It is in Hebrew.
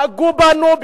פגעו בנו,